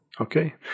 Okay